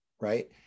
Right